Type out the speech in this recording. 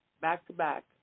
back-to-back